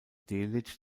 delitzsch